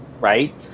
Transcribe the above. right